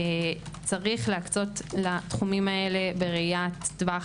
יש להקצות לתחומים הללו בראיית טווח